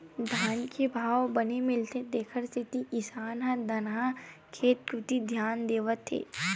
धान के भाव बने मिलथे तेखर सेती किसान ह धनहा खेत कोती धियान देवत हे